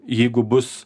jeigu bus